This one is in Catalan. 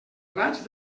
raig